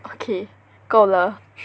okay 够了